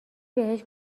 بهش